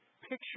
picture